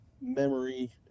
memory